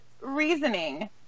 reasoning